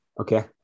Okay